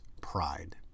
pride